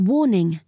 Warning